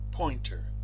Pointer